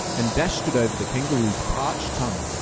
and dashed it over the kangaroo's parched tongue,